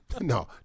No